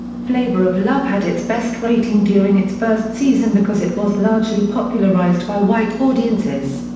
flavor of love had its best rating during its first season because it was largely popularized by white audiences.